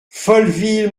folleville